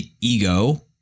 Ego